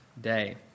day